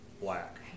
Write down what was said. black